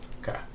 Okay